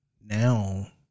now